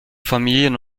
familien